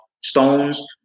Stones